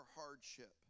hardship